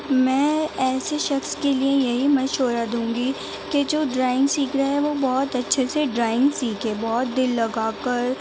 میں ایسے شخص کے لیے یہی مشورہ دوں گی کہ جو ڈرائنگ سیکھ رہا ہے وہ بہت اچھے سے ڈرائنگ سیکھے بہت دل لگا کر